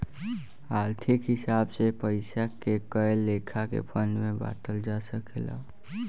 आर्थिक हिसाब से पइसा के कए लेखा के फंड में बांटल जा सकेला